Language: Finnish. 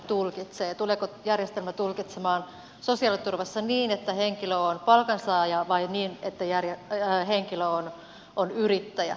tuleeko järjestelmä tulkitsemaan sosiaaliturvassa niin että henkilö on palkansaaja vai niin että henkilö on yrittäjä